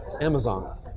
Amazon